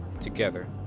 together